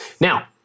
Now